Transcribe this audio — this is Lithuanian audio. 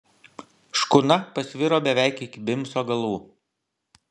škuna pasviro beveik iki bimso galų